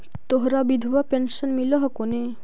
तोहरा विधवा पेन्शन मिलहको ने?